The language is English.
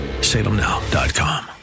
Salemnow.com